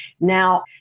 Now